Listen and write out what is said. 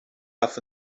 darf